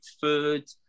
food